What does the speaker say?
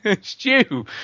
Stew